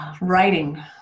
Writing